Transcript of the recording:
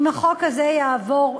אם החוק הזה יעבור,